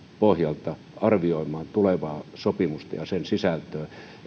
pohjalta arvioimaan tulevaa sopimusta ja sen sisältöä